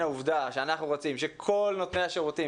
העובדה שאנחנו רוצים שכל נותני השירותים,